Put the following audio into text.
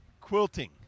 Quilting